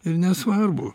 ir nesvarbu